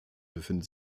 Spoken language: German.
befindet